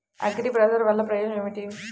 అగ్రిబజార్ వల్లన ప్రయోజనం ఏమిటీ?